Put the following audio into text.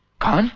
khan.